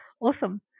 Awesome